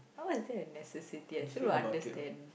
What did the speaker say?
how is that a necessities I still don't understand